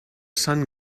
sun